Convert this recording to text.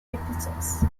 practices